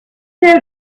know